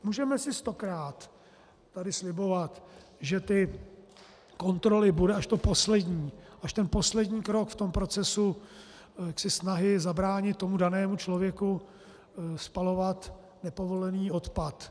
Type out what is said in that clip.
Můžeme si stokrát slibovat, že ty kontroly budou až to poslední, až ten poslední krok v procesu snahy zabránit danému člověku spalovat nepovolený odpad.